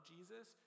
Jesus